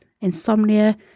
insomnia